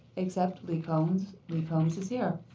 except lee combs lee combs is here.